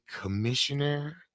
commissioner